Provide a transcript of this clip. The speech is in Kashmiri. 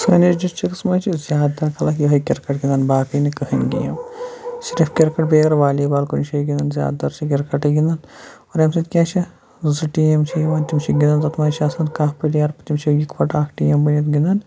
سٲنِس ڈِسٹِرٛکَس منٛز چھِ زیادٕ تَر خلق یِہٕے کِرکَٹ گِنٛدان باقٕے نہٕ کٕہٕنۍ گیم صرف کِرکَٹ بیٚیہِ اگر والی بال کُنہِ جاے گِنٛدان زیادٕ تَر چھِ کِرکَٹٕے گِنٛدان اور اَمہِ سۭتۍ کیٛاہ چھِ زٕ ٹیٖم چھِ یِوان تِم چھِ گِنٛدان تَتھ منٛز چھِ آسان کاہہ پٕلیر تِم چھِ یِکوٹہٕ اَکھ ٹیٖم بٔنِتھ گِنٛدان